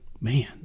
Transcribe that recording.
Man